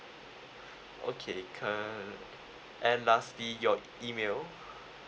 okay cu~ and lastly your email